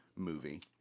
movie